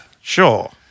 Sure